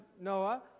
Noah